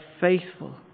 faithful